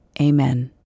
Amen